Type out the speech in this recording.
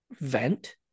vent